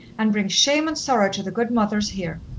and bring shame and sorrow to the good mothers here.